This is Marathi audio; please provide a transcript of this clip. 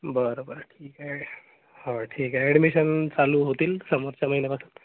बरं बरं ठीक आहे हो ठीक आहे ॲडमिशन चालू होतील समोरच्या महिन्यापासून